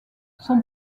son